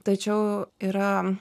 tačiau yra